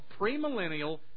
premillennial